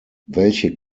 welche